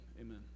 amen